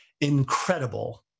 incredible